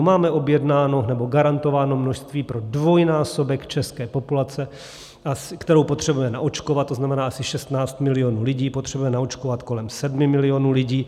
Máme objednáno nebo garantováno množství pro dvojnásobek české populace, kterou potřebujeme naočkovat, to znamená, asi 16 milionů lidí, potřebujeme naočkovat kolem 7 milionů lidí.